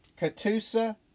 Katusa